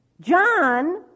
John